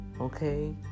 Okay